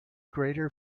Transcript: greater